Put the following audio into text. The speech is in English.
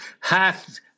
hath